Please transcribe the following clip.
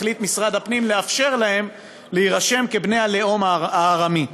החליט משרד הפנים לאפשר להם להירשם כבני הלאום הארמי,